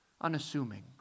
unassuming